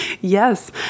Yes